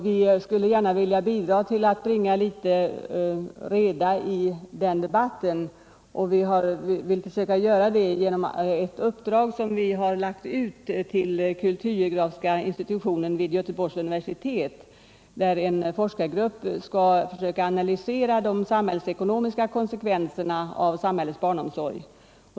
Vi vill bidra till att bringa litet reda i den debatten. Och det har vi försökt göra genom ett uppdrag vi har lagt ut till kulturgeografiska institutionen vid Göteborgs universitet, där en forskargrupp skall analysera de samhällsekonomiska konsekvenserna av samhällets barnomsorg.